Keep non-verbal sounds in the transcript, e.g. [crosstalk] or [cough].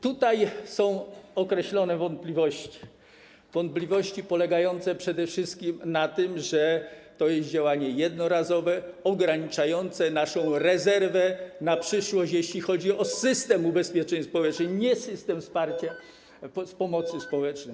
Tutaj są określone wątpliwości, wątpliwości polegające przede wszystkim na tym, że to jest działanie jednorazowe, ograniczające naszą rezerwę [noise] na przyszłość, jeśli chodzi o system ubezpieczeń społecznych, nie system wsparcia z pomocy społecznej.